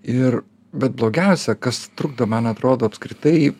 ir bet blogiausia kas trukdo man atrodo apskritai